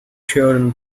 children